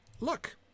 Look